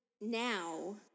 now